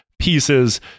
pieces